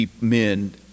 men